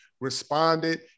responded